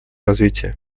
развития